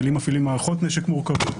חיילים מפעילים מערכות נשק מורכבות,